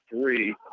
three